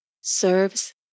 Serves